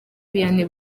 vianney